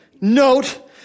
note